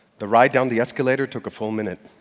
the ride down the escalator took a full minute.